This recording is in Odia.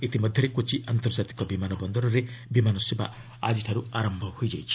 ଇତିମଧ୍ୟରେ କୋଚି ଆନ୍ତର୍ଜାତିକ ବିମାନ ବନ୍ଦରରେ ବିମାନ ସେବା ଆଜିଠାରୁ ଆରମ୍ଭ ହୋଇଛି